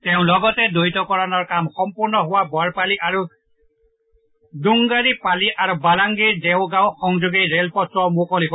তেওঁ লগতে দ্বৈত কৰণৰ কাম সম্পূৰ্ণ হোৱা বৰপালি দুংগাৰিপালি আৰু বালাংগিৰ দেওগাঁও সংযোগী ৰেলপথছোৱা মুকলি কৰে